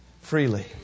Freely